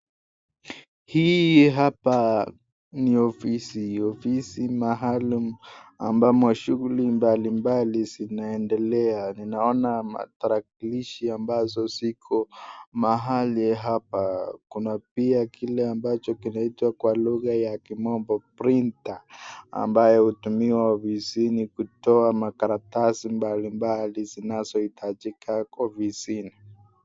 Hii hapa ni ofisi, ofisi maalum ambamo shughuli mbali mbali zinaendelea, ninaona matarakilishi ambazo ziko mahali hapa, kuna pia kila ambacho kinaitwa kwa lugha ya kimombo, printer ambayo utumiwa ofisini kutoa makaratasi mbali mbali zinazohitajika ofisini.